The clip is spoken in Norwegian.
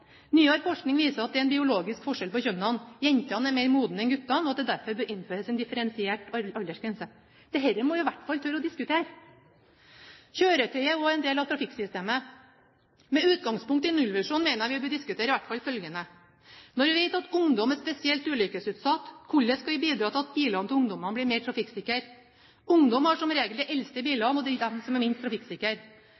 Nyere forskning viser at det er en biologisk forskjell på kjønnene – jentene er mer modne enn guttene – og at det derfor bør innføres en differensiert aldersgrense. Dette må vi i hvert fall tørre å diskutere. Kjøretøyet er også en del av trafikksystemet. Med utgangspunkt i nullvisjonen mener jeg vi i hvert fall bør diskutere følgende: Når vi vet at ungdom er spesielt ulykkesutsatt, hvordan skal vi bidra til at bilene til ungdommene blir mer trafikksikre? Ungdom har som regel de eldste bilene – og det